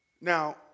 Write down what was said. Now